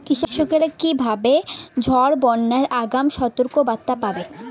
কৃষকেরা কীভাবে ঝড় বা বন্যার আগাম সতর্ক বার্তা পাবে?